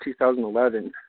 2011